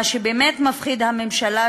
מה שבאמת מפחיד את הממשלה,